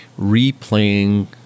replaying